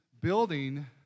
building